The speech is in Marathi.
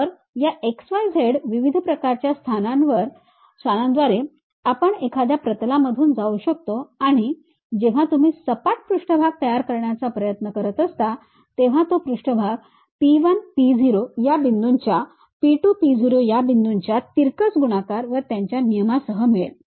तर या x y z विविध प्रकारच्या स्थानांद्वारे आपण एखाद्या प्रतलामधून जाऊ शकतो आणि जेव्हा तुम्ही सपाट पृष्ठभाग तयार करण्याचा प्रयत्न करत असता तेव्हा तो पृष्ठभाग P 1 P 0 या बिंदूंच्या P 2 P 0 या बिंदूंच्या तिरकस गुणाकार व त्यांच्या नियमांसह मिळेल